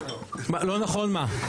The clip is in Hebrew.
לא נכון מה?